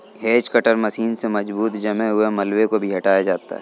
hedge cutter machine से मजबूत जमे हुए मलबे को भी हटाया जाता है